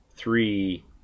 Three